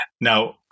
Now